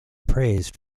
praised